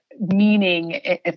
meaning